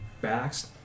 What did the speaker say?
backs